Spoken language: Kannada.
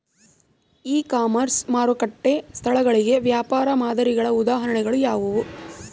ಇ ಕಾಮರ್ಸ್ ಮಾರುಕಟ್ಟೆ ಸ್ಥಳಗಳಿಗೆ ವ್ಯಾಪಾರ ಮಾದರಿಗಳ ಉದಾಹರಣೆಗಳು ಯಾವುವು?